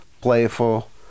playful